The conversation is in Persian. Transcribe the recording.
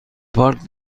پارک